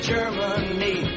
Germany